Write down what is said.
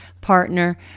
partner